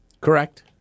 Correct